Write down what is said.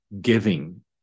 giving